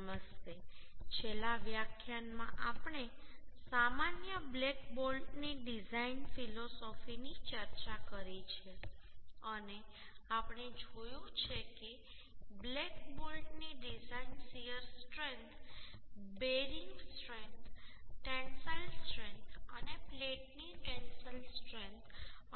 નમસ્તે છેલ્લા વ્યાખ્યાનમાં આપણે સામાન્ય બ્લેક બોલ્ટની ડિઝાઇન ફિલોસોફીની ચર્ચા કરી છે અને આપણે જોયું છે કે બ્લેક બોલ્ટની design shear strength bearing strength tensile strength અને પ્લેટની ટેન્સાઇલ સ્ટ્રેન્થ